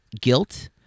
guilt